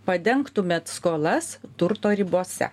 padengtumėt skolas turto ribose